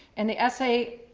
and the essay,